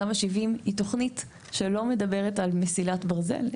תמ"א 70 היא תוכנית שלא מדברת על מסילת ברזל.